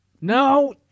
No